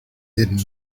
hidden